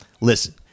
Listen